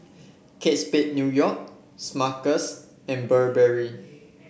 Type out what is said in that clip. Kate Spade New York Smuckers and Burberry